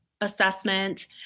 assessment